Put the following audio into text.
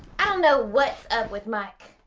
i don't know what's up with mike.